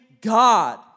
God